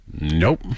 Nope